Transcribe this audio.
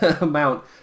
amount